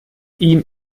ihm